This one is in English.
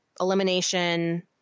Elimination